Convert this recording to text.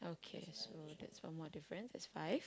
okay so that's one more difference that's five